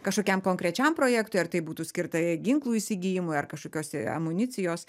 kažkokiam konkrečiam projektui ar tai būtų skirta ginklų įsigijimui ar kažkokios tai amunicijos